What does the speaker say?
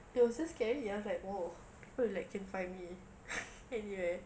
it was just scary I was like !whoa! people will like can find me anywhere